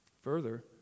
Further